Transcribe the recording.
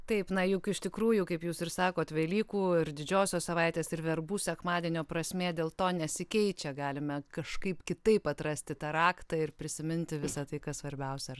taip na juk iš tikrųjų kaip jūs ir sakot velykų ir didžiosios savaitės ir verbų sekmadienio prasmė dėl to nesikeičia galime kažkaip kitaip atrasti tą raktą ir prisiminti visa tai kas svarbiausia ar